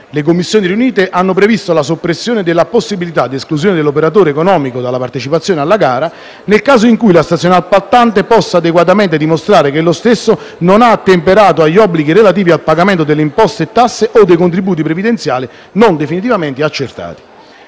Le Commissioni riunite hanno previsto la soppressione della possibilità di esclusione dell'operatore economico dalla partecipazione alla gara nel caso in cui la stazione appaltante possa adeguatamente dimostrare che lo stesso non ha ottemperato agli obblighi relativi al pagamento delle imposte e tasse o dei contributi previdenziali non definitivamente accertati.